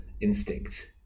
instinct